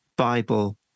Bible